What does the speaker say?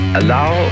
allow